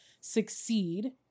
succeed